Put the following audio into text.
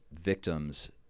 victims